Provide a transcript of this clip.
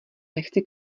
nechci